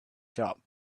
top